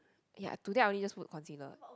ya today I only just put concealer